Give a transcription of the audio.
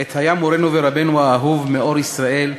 עת היה מורנו ורבנו האהוב, מאור ישראל,